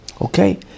okay